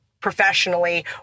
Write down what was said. professionally